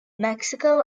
mexico